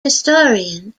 historian